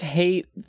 hate